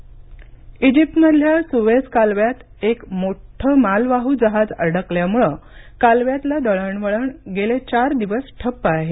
Suez कालवा इजिप्तमधल्या Suez कालव्यात एक मोठी मालवाहू जहाज अडकल्यामुळे कालव्यातल दळणवळण गेले चार दिवस ठप्प आहे